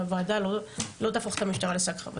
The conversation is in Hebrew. הוועדה לא תהפוך את המשטרה לשק חבטות,